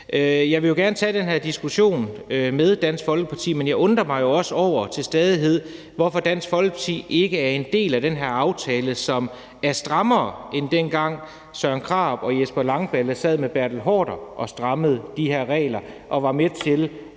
Jeg vil jo gerne tage den her diskussion med Dansk Folkeparti, men jeg undrer mig til stadighed også over, at Dansk Folkeparti ikke er en del af den her aftale, som er strammere, end dengang Søren Krarup og Jesper Langballe sad med daværende integrationsminister Bertel Haarder og strammede de her regler og var med til at give